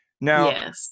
Now